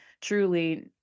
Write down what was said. truly